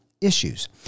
issues